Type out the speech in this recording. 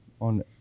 on